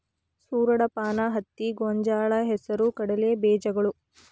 ಸೂರಡಪಾನ, ಹತ್ತಿ, ಗೊಂಜಾಳ, ಹೆಸರು ಕಡಲೆ ಬೇಜಗಳು